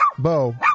Bo